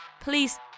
Please